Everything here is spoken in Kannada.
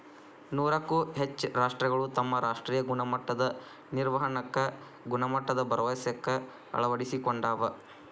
ನೂರಕ್ಕೂ ಹೆಚ್ಚ ರಾಷ್ಟ್ರಗಳು ತಮ್ಮ ರಾಷ್ಟ್ರೇಯ ಗುಣಮಟ್ಟದ ನಿರ್ವಹಣಾಕ್ಕ ಗುಣಮಟ್ಟದ ಭರವಸೆಕ್ಕ ಅಳವಡಿಸಿಕೊಂಡಾವ